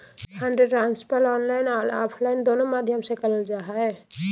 fund transfer online or offline दोनों माध्यम से करल जा हय